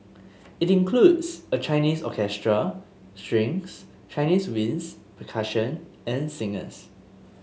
it includes a Chinese orchestra strings Chinese winds percussion and singers